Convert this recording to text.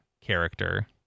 character